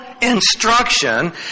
instruction